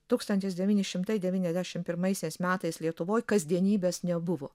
tūkstantis devyni šimtai devyniasdešimt pirmaisiais metais lietuvoj kasdienybės nebuvo